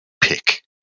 pick